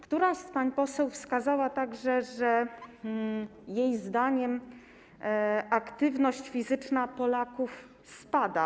Któraś z pań posłanek wskazała także, że jej zdaniem aktywność fizyczna Polaków spada.